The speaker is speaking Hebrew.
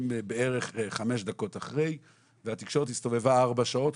בערך חמש דקות אחרי והתקשורת הסתובבה ארבע שעות,